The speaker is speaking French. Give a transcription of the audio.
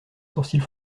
sourcils